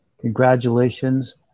Congratulations